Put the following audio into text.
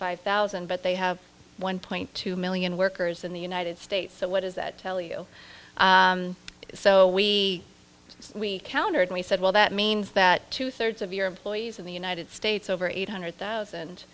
five thousand but they have one point two million workers in the united states so what does that tell you so we we countered we said well that means that two thirds of your employees in the united states over eight hundred thousand